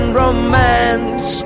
romance